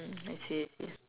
I see I see